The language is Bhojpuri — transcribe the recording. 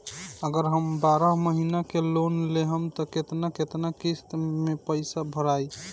अगर हम बारह महिना के लोन लेहेम त केतना केतना किस्त मे पैसा भराई?